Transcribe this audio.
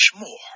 more